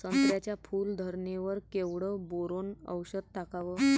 संत्र्याच्या फूल धरणे वर केवढं बोरोंन औषध टाकावं?